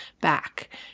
back